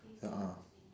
a'ah